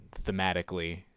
thematically